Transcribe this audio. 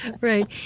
Right